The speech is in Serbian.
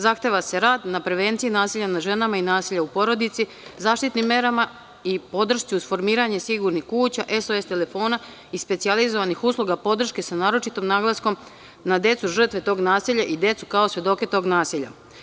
Zahteva se rad na prevenciji nasilja nad ženama i nasilja u porodici, zaštitnim merama i podršci uz formiranje sigurnih kuća, SOS telefona i specijalizovanih uslova podrške sa naročitim naglaskom na decu žrtve tog nasilja i decu kao svedoke tog nasilja.